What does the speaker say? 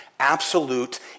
absolute